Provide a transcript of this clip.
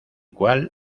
cual